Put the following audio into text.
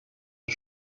and